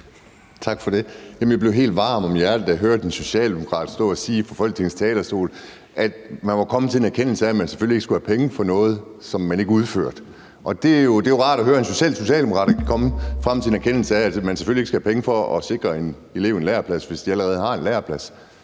Tak for det. Jeg blev helt varm om hjertet, da jeg hørte en socialdemokrat stå at sige fra Folketingets talerstol, at man var kommet frem til en erkendelse af, at man selvfølgelig ikke skulle have penge for noget, som man ikke udførte. Det er jo rart at høre, at socialdemokrater kan komme frem til en erkendelse af, at man selvfølgelig ikke skal have penge for at sikre en elev en læreplads, hvis eleven allerede har en læreplads.